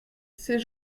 c’est